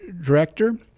director